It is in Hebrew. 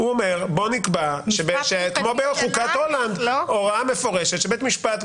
אומר שנקבע - כמו בחוקת הולנד הוראה מפורשת שבית משפט,